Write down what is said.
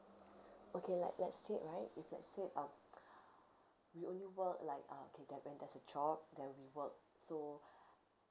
okay like let's say right if let's say um we only work like uh okay that when there's a job then we work so